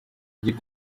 you